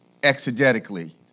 exegetically